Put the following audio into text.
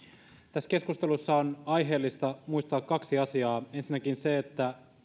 tässä keskustelussa on aiheellista muistaa kaksi asiaa ensinnäkin se että